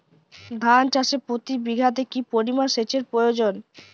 ধান চাষে প্রতি বিঘাতে কি পরিমান সেচের প্রয়োজন?